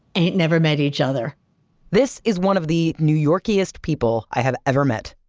ain't never met each other this is one of the new yorkiest people i have ever met,